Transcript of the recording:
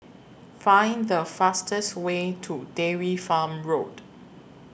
Find The fastest Way to Dairy Farm Road